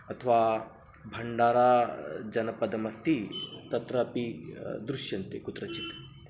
अथवा भण्डाराजनपदमस्ति तत्रापि दृश्यन्ते कुत्रचित्